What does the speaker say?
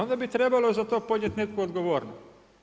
Onda bi trebalo za to podnijeti neku odgovornost.